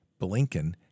Blinken